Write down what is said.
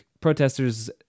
protesters